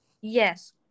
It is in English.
Yes